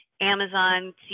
Amazon